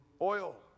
oil